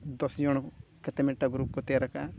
ᱫᱚᱥ ᱡᱚᱱ ᱠᱟᱛᱮᱫ ᱢᱤᱫᱴᱟᱱ ᱜᱨᱩᱯ ᱠᱚ ᱛᱮᱭᱟᱨ ᱟᱠᱟᱜᱼᱟ